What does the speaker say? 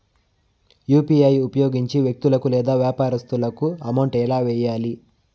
UPI ఉపయోగించి వ్యక్తులకు లేదా వ్యాపారస్తులకు అమౌంట్ ఎలా వెయ్యాలి